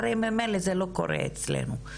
הרי במלא זה לא קורה אצלנו,